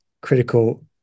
critical